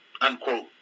Unquote